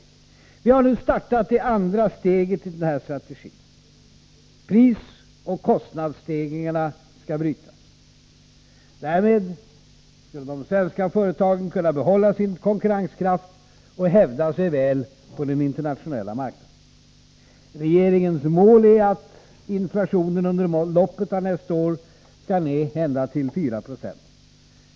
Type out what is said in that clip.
Vi har nu startat det andra steget i denna strategi: prisoch kostnadsstegringarna skall brytas. Därmed skulle de svenska företagen kunna behålla sin konkurrenskraft och hävda sig väl på den internationella marknaden. Regeringens mål är att inflationen under loppet av nästa år skall ned ända till 4 26.